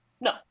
No